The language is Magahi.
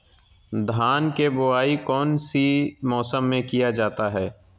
धान के बोआई कौन सी मौसम में किया जाता है?